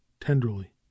tenderly